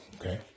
Okay